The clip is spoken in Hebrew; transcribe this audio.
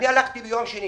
הלכתי ביום שני